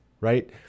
right